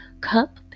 cup